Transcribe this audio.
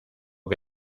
que